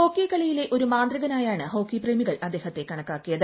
hockey കളിയിലെ ഒരു മാന്ത്രികനായാണ് ഹോക്കി പ്രേമികൾ അദ്ദേഹത്തെ കണക്കാക്കിയത്